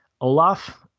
Olaf